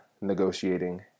negotiating